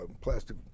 plastic